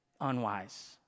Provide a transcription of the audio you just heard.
unwise